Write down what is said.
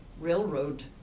railroad